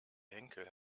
henkel